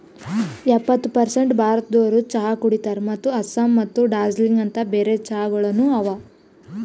ಎಪ್ಪತ್ತು ಪರ್ಸೇಂಟ್ ಭಾರತದೋರು ಚಹಾ ಕುಡಿತಾರ್ ಮತ್ತ ಆಸ್ಸಾಂ ಮತ್ತ ದಾರ್ಜಿಲಿಂಗ ಅಂತ್ ಬೇರೆ ಚಹಾಗೊಳನು ಅವಾ